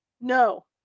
No